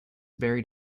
buried